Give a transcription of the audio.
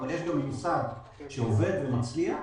אבל יש גם ממסד שעובד ומצליח,